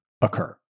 occur